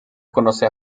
conoce